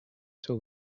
till